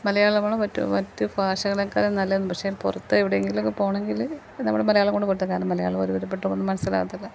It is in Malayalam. മലയാളമാണ് മറ്റു മറ്റ് ഭാഷകളെക്കാളും നല്ലത് പക്ഷെ പുറത്തെവിടെയെങ്കിലുമൊക്കെ പോകണമെങ്കിൽ നമ്മൾ മലയാളം കൊണ്ടുപോയിട്ട് കാര്യമില്ല കാരണം മലയാളം ഒരുവിധപ്പെട്ടതൊന്നും മനസ്സിലാവത്തില്ല